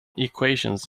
equations